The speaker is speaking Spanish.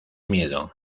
miedo